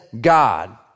God